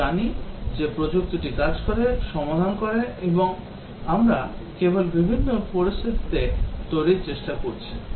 আমরা জানি যে প্রযুক্তিটি কাজ করে সমাধানটি কাজ করে এবং আমরা কেবল বিভিন্ন পরিস্থিতিতে তৈরির চেষ্টা করছি